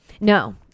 No